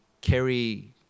carry